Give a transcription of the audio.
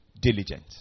diligent